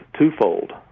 twofold